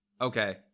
Okay